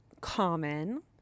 common